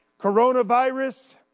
Coronavirus